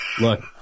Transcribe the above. Look